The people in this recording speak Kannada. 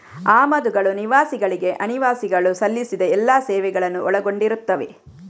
ಆಮದುಗಳು ನಿವಾಸಿಗಳಿಗೆ ಅನಿವಾಸಿಗಳು ಸಲ್ಲಿಸಿದ ಎಲ್ಲಾ ಸೇವೆಗಳನ್ನು ಒಳಗೊಂಡಿರುತ್ತವೆ